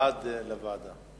בעד, לוועדה.